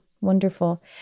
Wonderful